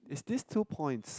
is this two points